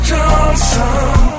Johnson